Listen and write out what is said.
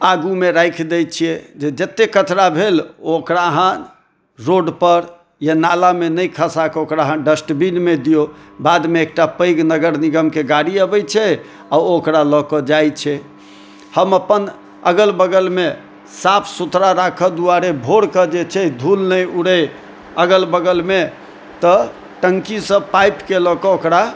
आगूमे राखि दै छियै जे जत्ते कचरा भेल ओकरा अहाँ रोडपर या नालामे नहि खसाके ओकरा अहाँ डस्टबिनमे दियौ बादमे एकटा पैघ नगर निगमके गाड़ी अबै छै आओर ओ ओकरा लअ के जाइ छै हम अपन अगल बगलमे साफ सुथरा राखऽ दुआरे भोरमे जे छै धूल नहि उड़ै अगल बगलमे तऽ टंकीसँ पाइपके लए कऽ ओकरा